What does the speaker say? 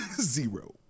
zero